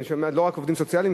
אני שומע שלא רק עובדים סוציאליים,